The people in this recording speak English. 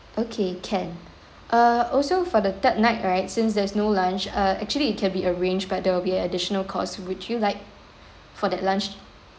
okay can uh also for the third night right since there's no lunch uh actually it can be arranged but there will be additional cost would you like for that lunch